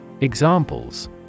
Examples